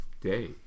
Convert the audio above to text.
day